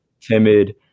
timid